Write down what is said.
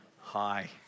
Hi